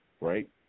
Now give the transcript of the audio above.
right